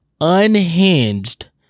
unhinged